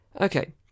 Okay